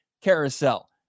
carousel